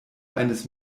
eines